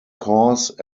course